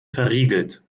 verriegelt